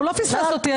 הוא לא פספס אותי.